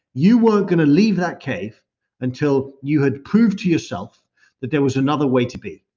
you were going to leave that cave until you had proved to yourself that there was another way to be,